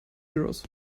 euros